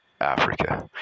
Africa